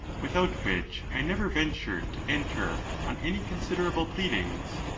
without which i never ventured to enter on any considerable pleadings.